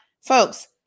Folks